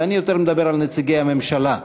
ואני יותר מדבר על נציגי הממשלה,